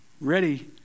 ready